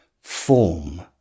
form